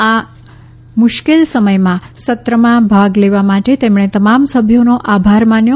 આ મુશ્કેલ સમયમાં સત્રમાં ભાગ લેવા માટે તેમણે તમામ સભ્યોનો આભાર માન્યો